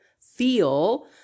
feel